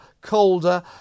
colder